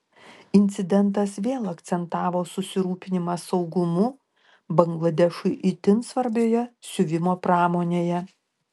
incidentas vėl akcentavo susirūpinimą saugumu bangladešui itin svarbioje siuvimo pramonėje